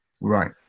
Right